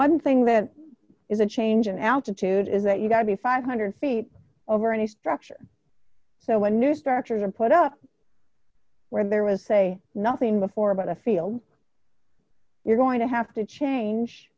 one thing that is a change in altitude is that you've got to be five hundred feet over any structure so when new structures are put up where there was say nothing before about a field you're going to have to change